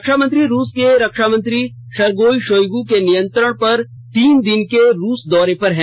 रक्षामंत्री रूस के रक्षामंत्री शर्गेई शोइगु के निमंत्रण पर तीन दिन के रूस दौरे पर है